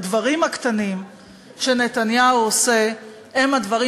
הדברים הקטנים שנתניהו עושה הם הדברים